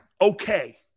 okay